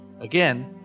Again